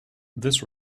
this